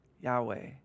Yahweh